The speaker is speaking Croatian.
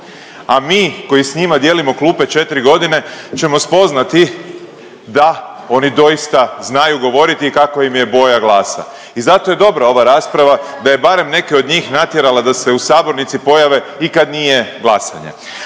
a mi koji s njima dijelimo klupe četri godine ćemo spoznati da oni doista znaju govoriti i kakva im je boja glasa. I zato je dobra ova rasprava da je barem neke od njih natjerala da se u sabornici pojave i kad nije glasanje.